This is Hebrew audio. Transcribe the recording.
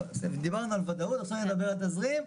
דיברנו על ודאות, עכשיו נדבר על תזרים.